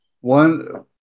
one